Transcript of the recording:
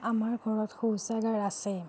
আমাৰ ঘৰত শৌচাগাৰ আছে